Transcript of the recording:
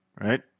right